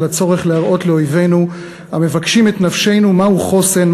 על הצורך להראות לאויבינו המבקשים את נפשנו מהו חוסן,